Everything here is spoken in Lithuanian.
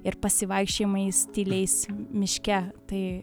ir pasivaikščiojimais tyliais miške tai